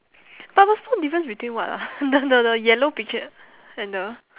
but must spot difference between what ah the the the yellow picture and the